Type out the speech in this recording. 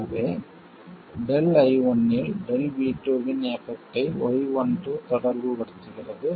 எனவே ΔI1 இல் ΔV2 இன் எபெக்ட்டை y12 தொடர்புபடுத்துகிறது